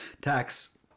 tax